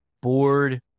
bored